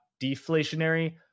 deflationary